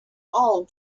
all